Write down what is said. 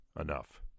enough